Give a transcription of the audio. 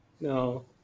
No